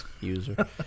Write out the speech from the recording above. user